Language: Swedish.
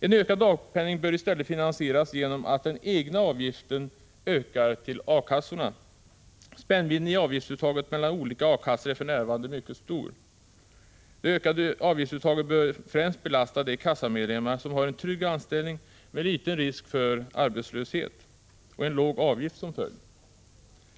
En ökad dagpenning bör i stället finansieras genom att den egna avgiften till A-kassorna ökar. Spännvidden i avgiftsuttaget mellan olika A-kassor är för närvarande mycket stor. Det ökade avgiftsuttaget bör främst belasta de kassamedlemmar som har en trygg anställning med liten risk för arbetslöshet och som därför har en låg avgift.